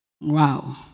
Wow